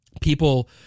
people